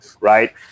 right